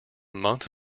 month